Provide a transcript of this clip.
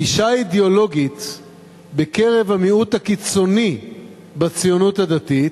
הגישה האידיאולוגית בקרב המיעוט הקיצוני בציונות הדתית,